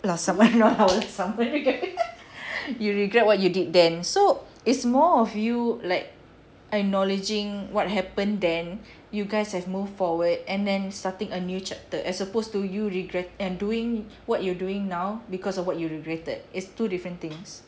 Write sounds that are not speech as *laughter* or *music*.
last summer no last summer *laughs* you regret what you did then so it's more of you like acknowledging what happened then you guys have moved forward and then starting a new chapter as opposed to you regret and doing what you doing now because of what you regretted is two different things